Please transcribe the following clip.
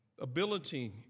ability